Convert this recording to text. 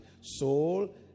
soul